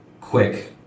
quick